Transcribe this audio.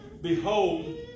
Behold